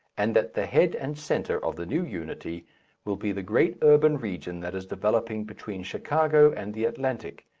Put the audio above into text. and that the head and centre of the new unity will be the great urban region that is developing between chicago and the atlantic,